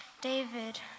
David